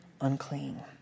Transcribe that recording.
unclean